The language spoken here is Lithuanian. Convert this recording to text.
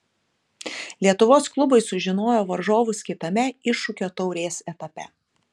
lietuvos klubai sužinojo varžovus kitame iššūkio taurės etape